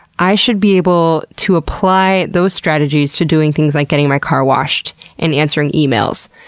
i should be able to apply those strategies to doing things like getting my car washed and answering emails.